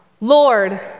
Lord